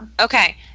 Okay